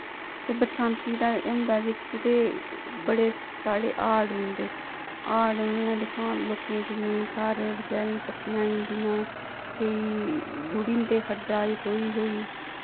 ते बरसांती दा एह् होंदा जेह्की ते बड़े सारे हाड़ होंदे हाड़ उनै ना दिक्खो हां लोकें केईयें घर बचारे पस्सियां आई जंदियां केईं रुढ़ी जंदे खड्डा च तोई शोई